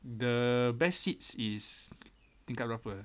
the best seats is tingkat berapa